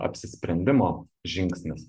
apsisprendimo žingsnis